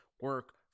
Work